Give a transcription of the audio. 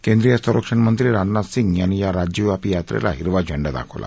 केंद्रीय संरक्षणमंत्री राजनाथ सिंग यांनी या राज्यव्यापी यात्रेला हिरवा झेंडा दाखवला